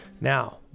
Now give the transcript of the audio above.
Now